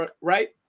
right